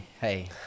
hey